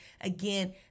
Again